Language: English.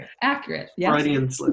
Accurate